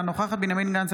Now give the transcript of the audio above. אינה נוכחת בנימין גנץ,